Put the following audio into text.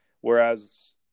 Whereas